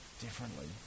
differently